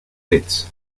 pets